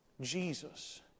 jesus